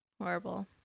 horrible